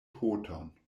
poton